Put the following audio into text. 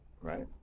right